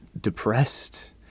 depressed